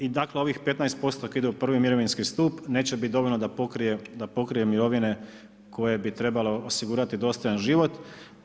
I dakle, i ovih 15% ako ide u 1 mirovinski stup, neće biti dovoljno, da pokrije mirovine, koje bi trebalo osigurati dostojan život.